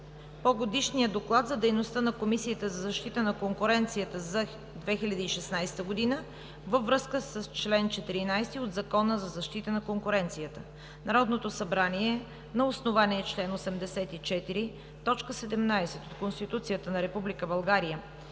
по Годишния доклад за дейността на Комисията за защита на конкуренцията за 2016 г., във връзка с чл. 14 от Закона за защита на конкуренцията Народното събрание на основание чл. 84, т. 17 от Конституцията на